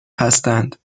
هستند